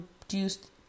produced